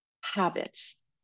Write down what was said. habits